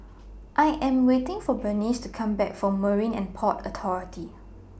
I Am waiting For Berniece to Come Back from Marine and Port Authority